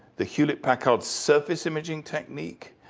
the hewlett-packard surface imaging technique,